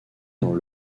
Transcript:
dans